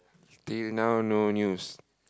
till now no news